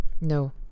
no